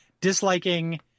disliking